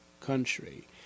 country